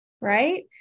right